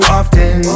often